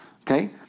Okay